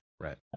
Right